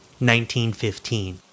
1915